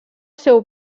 seu